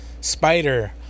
Spider